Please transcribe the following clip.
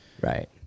Right